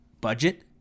budget